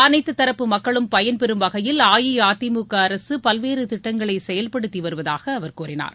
அனைத்து தரப்பு மக்களும் பயன்பெறும் வகையில் அஇஅதிமுக அரசு பல்வேறு திட்டங்களை செயல்படுத்தி வருவதாக அவர் கூறினார்